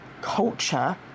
culture